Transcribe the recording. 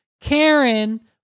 Karen